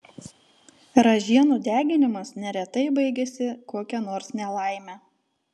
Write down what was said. ražienų deginimas neretai baigiasi kokia nors nelaime